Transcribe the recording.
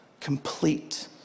complete